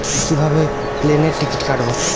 কিভাবে প্লেনের টিকিট কাটব?